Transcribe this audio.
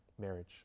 marriage